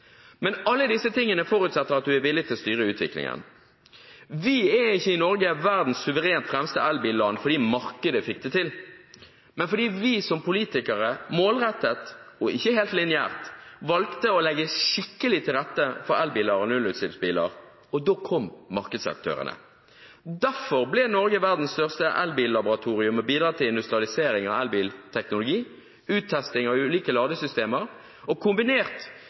Men alle disse tingene forutsetter at man er villig til å styre utviklingen. Vi i Norge er ikke suverent verdens fremste elbilland fordi markedet fikk det til, men fordi vi som politikere målrettet og ikke helt lineært valgte å legge skikkelig til rette for elbiler og nullutslippsbiler. Da kom markedsaktørene. Derfor ble Norge verdens største elbillaboratorium og bidrar til industrialisering av elbilteknologi og uttesting av ulike ladesystemer.